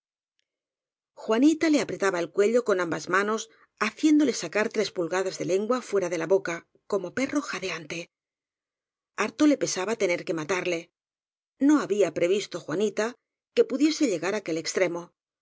juanita le apretaba el cuello con ambas manos haciéndole sacar tres pulgadas de lengua fuera de la boca como perro jadeante harto le pesaba tener que matarle no había previsto juanita que pudiese llegar aquel extremo